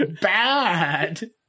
bad